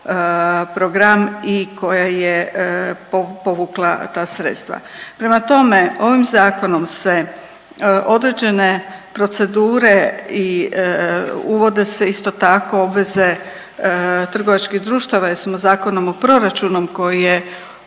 program i koja je povukla ta sredstva. Prema tome, ovim zakonom se određene procedure i uvode se isto tako obveze trgovačkih društava jer smo Zakonom o proračunu koji je